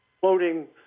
floating